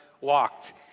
walked